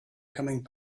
coming